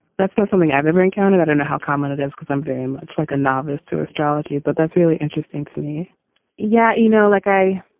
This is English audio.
that's not something i've ever encountered. i don't know how common it is because i'm very much like a novice to astrology but that's really interesting to me yeah. you know like i.